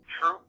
True